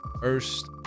First